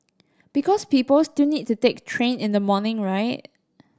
because people still need to take train in the morning right